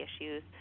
issues